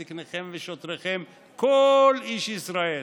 זקניכם ושטריכם כל איש ישראל,